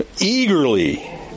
eagerly